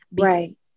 Right